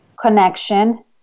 connection